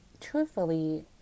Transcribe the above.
truthfully